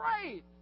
great